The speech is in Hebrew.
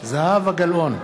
זהבה גלאון,